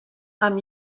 amb